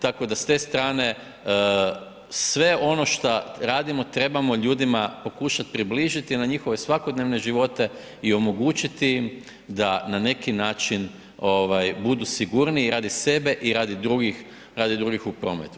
Tako da s te strane sve ono šta radimo trebamo ljudima pokušati približiti i na njihove svakodnevne život i omogućiti im da na neki način budu sigurniji radi sebe i radi drugih u prometu.